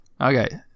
Okay